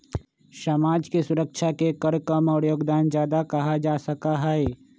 समाज के सुरक्षा के कर कम और योगदान ज्यादा कहा जा सका हई